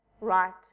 right